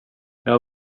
jag